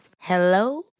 Hello